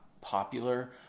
popular